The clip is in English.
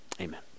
Amen